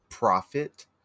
Profit